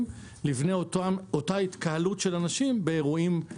לפני אותה התקהלות של אנשים באירועים של פיגוע.